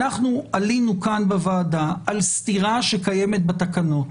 אנחנו עלינו כאן בוועדה על סתירה שקיימת בתקנות.